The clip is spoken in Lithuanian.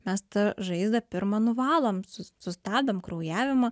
mes tą žaizdą pirma nuvalom su sustabdom kraujavimą